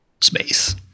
space